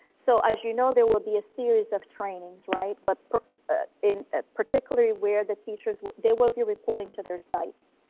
so as you know, there will be a series of trainings, right? but in ah particularly where the teachers, they will be reporting to their sites,